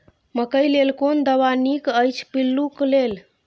मकैय लेल कोन दवा निक अछि पिल्लू क लेल?